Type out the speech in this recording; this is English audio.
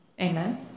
Amen